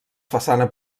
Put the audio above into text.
façana